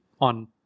on